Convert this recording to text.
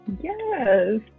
Yes